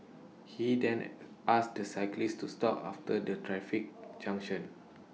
he then asked the cyclist to stop after the traffic junction